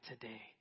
today